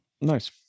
Nice